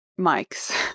mics